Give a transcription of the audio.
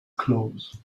close